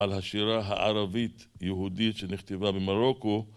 על השירה הערבית-יהודית שנכתבה במרוקו